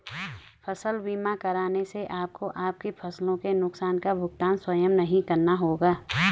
फसल बीमा कराने से आपको आपकी फसलों के नुकसान का भुगतान स्वयं नहीं करना होगा